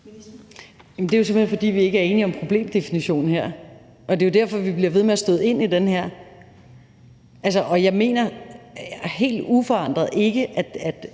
det er jo simpelt hen, fordi vi ikke er enige om problemdefinitionen her, og det er derfor, vi bliver ved med at støde ind i den her. Altså, det, vi behandler her